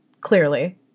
clearly